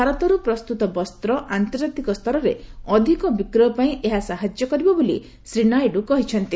ଭାରତର୍ ପ୍ରସ୍ତତ ବସ୍ତ ଆନ୍ତର୍ଜାତିକ ସ୍ତରରେ ଅଧିକ ବିକ୍ରୟ ପାଇଁ ଏହା ସାହାଯ୍ୟ କରିବ ବୋଲି ଶ୍ରୀ ନାଇଡ଼ କହିଚ୍ଚନ୍ତି